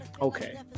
Okay